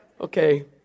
okay